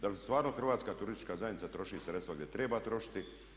Da li stvarno Hrvatska turistička zajednica troši sredstva gdje treba trošiti?